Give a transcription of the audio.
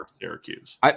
Syracuse